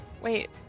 Wait